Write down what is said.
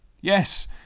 Yes